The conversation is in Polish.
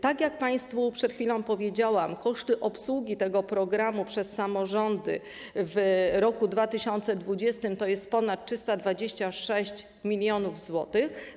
Tak jak państwu przed chwilą powiedziałam, koszty obsługi tego programu przez samorządy w roku 2020 wyniosły ponad 326 mln zł.